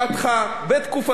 בתקופתנו,